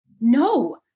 no